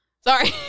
Sorry